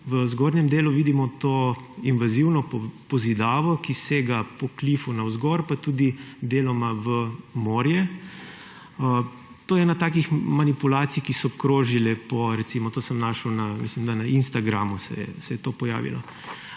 v zgornjem delu vidimo to invazivno pozidavo, ki sega po klifu navzgor, pa tudi deloma v morje. To je ena takih manipulacij, ki so krožile. Recimo, mislim, da se je to na Instagramu pojavilo.